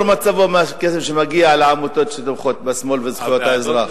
מעניין הכסף שמגיע לעמותות שתומכות בשמאל ובזכויות האזרח.